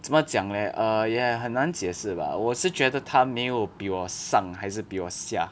怎么讲 leh err 也很难解释 bah 我是觉得他没有比我上还是比我下